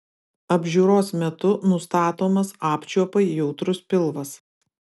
apžiūros metu nustatomas apčiuopai jautrus pilvas